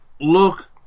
look